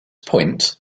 point